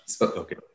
Okay